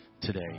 today